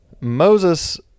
Moses